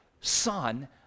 son